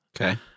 Okay